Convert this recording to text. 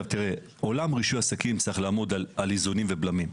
עולם רישוי העסקים צריך לעמוד על איזונים ובלמים.